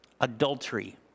adultery